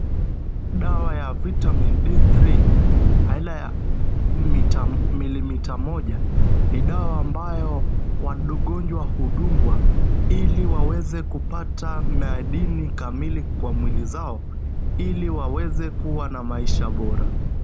Dawa ya vitamin D3 aina ya milimita moja ni dawa ambayo wagonjwa hudungwa ili waweze kupata madini kamili kwa mwili zao ili waweze kuwa na maisha bora.